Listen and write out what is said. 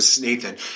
Nathan